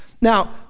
Now